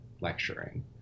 lecturing